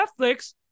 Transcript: Netflix